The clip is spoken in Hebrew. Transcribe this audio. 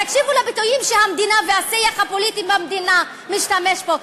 תקשיבו לביטויים שהמדינה והשיח הפוליטי במדינה משתמשים בהם.